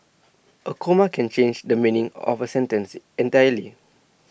A comma can change the meaning of A sentence entirely